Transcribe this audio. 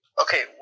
Okay